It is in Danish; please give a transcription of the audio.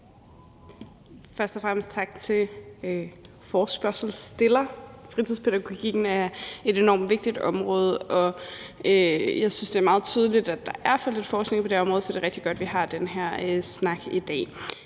Først og fremmest tak til forespørgselsstillerne. Fritidspædagogikken er et enormt vigtigt område, og jeg synes, det er meget tydeligt, at der er for lidt forskning på det område, så det er rigtig godt, at vi har den her snak i dag.